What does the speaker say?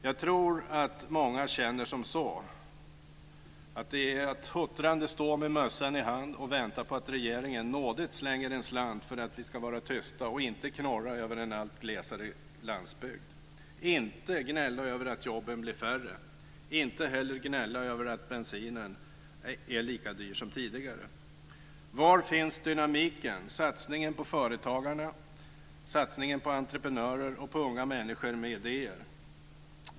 Jag tror att många känner att det blir att huttrande stå med mössan i hand och vänta på att regeringen nådigt slänger en slant för att vi ska vara tysta och inte knorra över en allt glesare landsbygd, inte gnälla över att jobben blir färre, inte heller gnälla över att bensinen är lika dyr som tidigare. Var finns dynamiken, satsningen på företagarna, satsningen på entreprenörer och på unga människor med idéer?